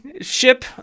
ship